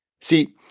See